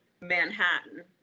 Manhattan